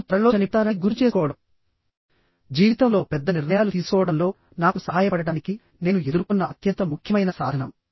నేను త్వరలో చనిపోతానని గుర్తుచేసుకోవడం జీవితంలో పెద్ద నిర్ణయాలు తీసుకోవడంలో నాకు సహాయపడటానికి నేను ఎదుర్కొన్న అత్యంత ముఖ్యమైన సాధనం